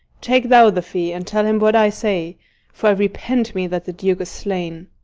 take thou the fee, and tell him what i say for i repent me that the duke is slain.